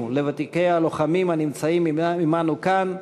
לוותיקי הלוחמים הנמצאים עמנו כאן,